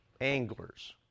anglers